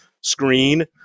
screen